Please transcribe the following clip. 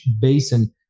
basin